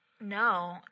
No